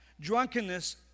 drunkenness